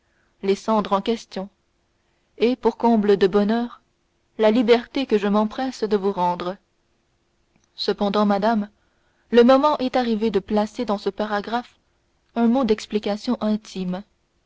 les cendres en question et pour comble de bonheur la liberté que je m'empresse de vous rendre cependant madame le moment est arrivé de placer dans ce paragraphe un mot d'explication intime